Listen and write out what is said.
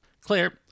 Claire